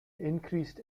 increased